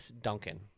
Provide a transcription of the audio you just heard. Duncan